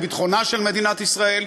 לביטחונה של מדינת ישראל,